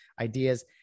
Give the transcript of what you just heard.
ideas